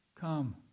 Come